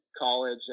college